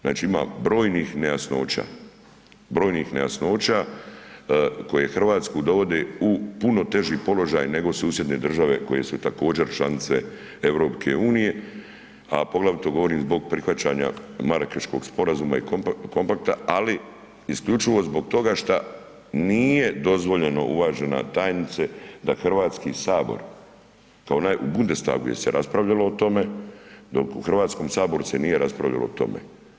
Znači ima brojnih nejasnoća, brojnih nejasnoća koje Hrvatsku dovode u puno teži položaj nego susjedne države koje su također članice EU, a poglavito govorim zbog prihvaćanja Marakeškog sporazuma i kompakta, ali isključivo zbog toga što nije dozvoljeno, uvažena tajnice, da Hrvatski sabor kao onaj u Bundestagu jer se raspravljalo o tome, dok u Hrvatskom saboru se nije raspravljalo o tome.